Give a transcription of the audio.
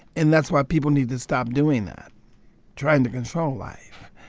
and that's why people need to stop doing that trying to control life.